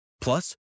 Plus